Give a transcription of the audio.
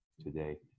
today